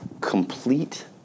Complete